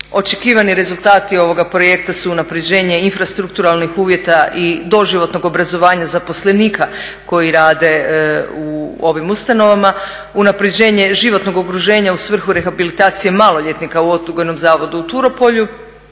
Očekivani rezultati ovoga projekta su unapređenje infrastrukturalnih uvjeta i doživotnog obrazovanja zaposlenika koji rade u ovim ustanovama, unapređenje životnog …/Govornik se ne razumije./… u svrhu rehabilitacije maloljetnika u Odgojnom zavodu u Turopolju